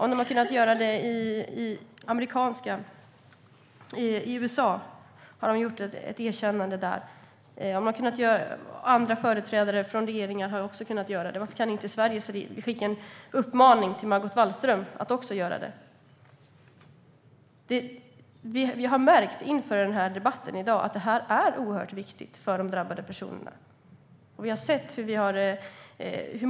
I USA har man gjort ett erkännande. Företrädare för andra regeringar har också kunnat göra det. Varför kan inte Sverige skicka en uppmaning till Margot Wallström att också göra det? Vi har märkt inför debatten i dag att det här är oerhört viktigt för de drabbade personerna.